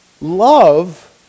Love